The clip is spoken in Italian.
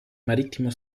marittimo